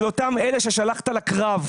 של אותם אלה ששלחת לקרב.